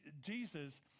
jesus